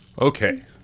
Okay